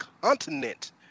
continent